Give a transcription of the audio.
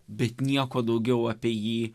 bet nieko daugiau apie jį